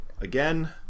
Again